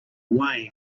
away